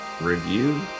review